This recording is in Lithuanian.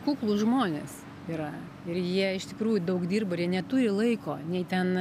kuklūs žmonės yra ir jie iš tikrųjų daug dirba ir jie neturi laiko nei ten